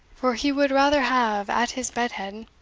for he would rather have, at his bed-head,